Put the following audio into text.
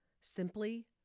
Simply